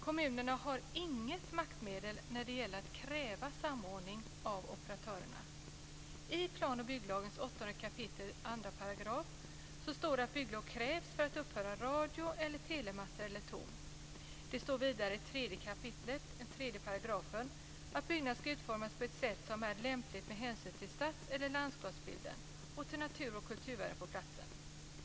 Kommunerna har inget maktmedel när det gäller att kräva samordning av operatörerna. I plan och bygglagen 8 kap. 2 § stadgas att bygglov krävs för att uppföra radio eller telemaster eller torn. Det föreskrivs vidare i 3 kap. 3 § att byggnader ska utformas på ett sätt som är lämpligt med hänsyn till stads eller landskapsbilden och till naturoch kulturvärden på platsen.